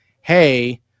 hey